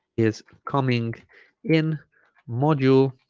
is coming in module